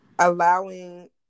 allowing